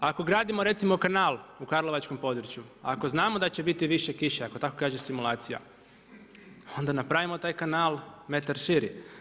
Ako gradimo recimo kanal u karlovačkom području, ako znamo da će biti više kiše, ako tako kaže simulacija ona napravimo taj kanal metar širi.